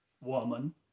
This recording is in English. woman